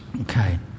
Okay